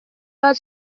bud